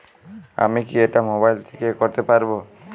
আমি কি এটা মোবাইল থেকে করতে পারবো?